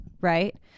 right